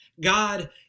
God